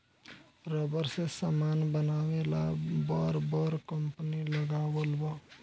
rubber से समान बनावे ला बर बर कंपनी लगावल बा